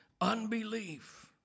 Unbelief